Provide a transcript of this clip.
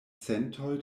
centoj